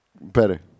better